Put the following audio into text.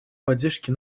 поддержке